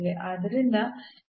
ಆದ್ದರಿಂದ ಈ ಪದಗಳು